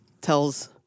tells